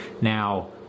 Now